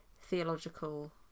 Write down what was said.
theological